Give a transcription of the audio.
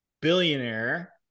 billionaire